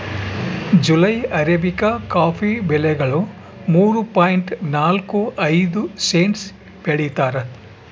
July arabica coffee ಬೆಲೆಗಳು ಮೂರು point ನಾಲ್ಕು ಐದು ಸೆಂಟ್ಸ್ ಬೆಳೀತಾರ